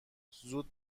زود